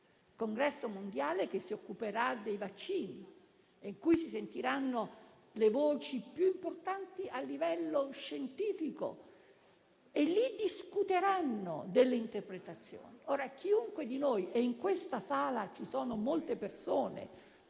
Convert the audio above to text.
spero ci sia) che si occuperà dei vaccini e in cui si sentiranno le voci più importanti a livello scientifico e si discuteranno le interpretazioni. Tutti noi - e in quest'Aula ci sono molte persone